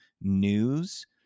news